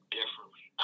differently